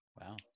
Wow